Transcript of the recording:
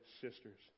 sisters